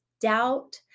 doubt